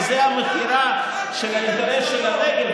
וזה המכירה של האינטרס של הנגב,